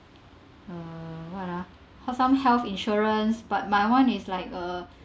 for some health insurance but my one is like a